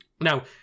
Now